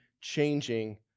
changing